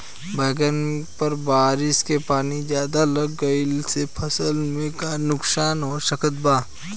बैंगन पर बारिश के पानी ज्यादा लग गईला से फसल में का नुकसान हो सकत बा?